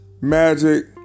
Magic